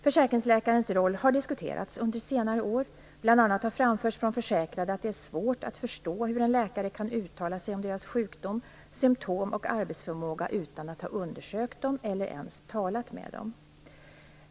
Försäkringsläkarens roll har diskuterats under senare år. Bl.a. har framförts från försäkrade att det är svårt att förstå hur en läkare kan uttala sig om deras sjukdom, symtom och arbetsförmåga utan att ha undersökt dem eller ens talat med dem.